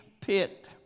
pit